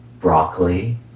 broccoli